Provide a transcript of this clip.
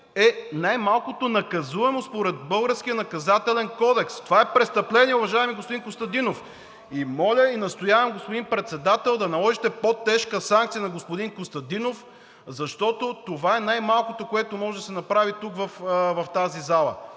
българския Наказателен кодекс. Това е престъпление, уважаеми господин Костадинов. И моля, и настоявам, господин Председател, да наложите по-тежка санкция на господин Костадинов, защото това е най-малкото, което може да се направи тук в тази зала.